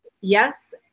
Yes